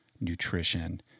nutrition